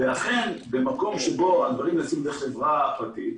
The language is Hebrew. לכן במקום שבו שמים חברה פרטית,